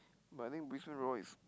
but I think Brisbane-Roar is